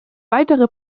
weitere